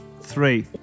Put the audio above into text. Three